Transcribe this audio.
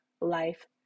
life